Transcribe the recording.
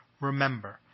Remember